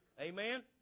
Amen